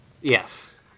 Yes